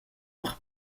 per